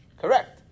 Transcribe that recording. Correct